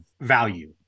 value